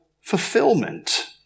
fulfillment